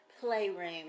playroom